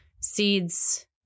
Seeds